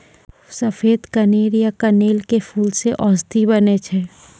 सफेद कनेर या कनेल के फूल सॅ औषधि बनै छै